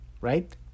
right